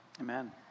Amen